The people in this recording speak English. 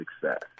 success